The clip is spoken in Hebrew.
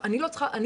אני לא פסיכיאטרית,